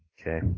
Okay